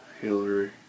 Hillary